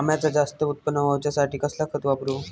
अम्याचा जास्त उत्पन्न होवचासाठी कसला खत वापरू?